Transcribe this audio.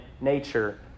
nature